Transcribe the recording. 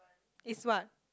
is what